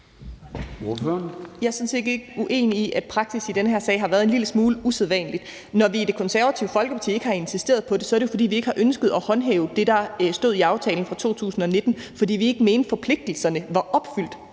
ikke uenig i, at praksis i den her sag har været en lille smule usædvanlig. Når vi i Det Konservative Folkeparti ikke har insisteret på det, er det jo, fordi vi ikke har ønsket af håndhæve det, der stod i aftalen fra 2019, fordi vi ikke mente, at forpligtelserne fra det